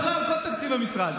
בכלל, כל תקציב המשרד.